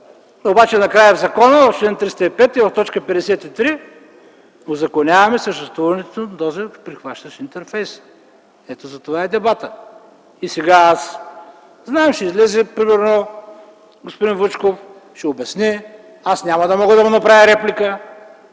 но накрая в закона в чл. 305 в т. 53 узаконяваме съществуването на този прихващащ интерфейс. Ето за това е дебата. Аз знам, че ще излезе например господин Вучков, ще обясни, аз няма да мога да му направя реплика,